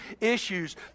issues